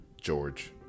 George